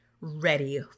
ready